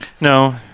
No